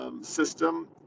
system